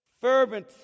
Fervent